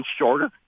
shorter